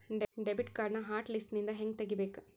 debit ಕಾರ್ಡ್ನ hot ಲಿಸ್ಟ್ನಿಂದ ಹೆಂಗ ತೆಗಿಬೇಕ